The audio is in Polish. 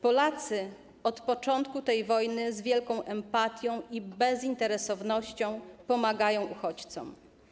Polacy od początku tej wojny z wielką empatią i bezinteresownością pomagają uchodźcom.